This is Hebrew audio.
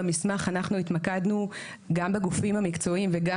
במסמך אנחנו התמקדנו גם בגופים המקצועיים וגם